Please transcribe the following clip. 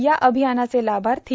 या अभियानाचे लाभार्थी